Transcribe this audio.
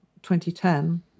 2010